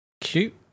Cute